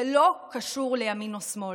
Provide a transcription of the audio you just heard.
זה לא קשור לימין או שמאל.